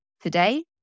today